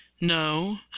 No